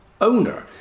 owner